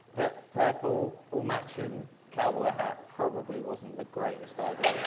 but purple, all matching cowboy hat probably wasn't the greatest idea.